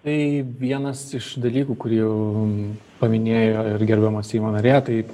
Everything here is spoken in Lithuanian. tai vienas iš dalykų kurį jau paminėjo ir gerbiama seimo narė tai